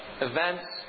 events